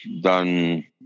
done